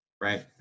Right